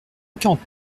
quarante